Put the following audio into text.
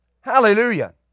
Hallelujah